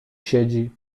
siedzi